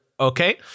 okay